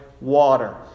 water